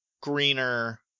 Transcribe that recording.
greener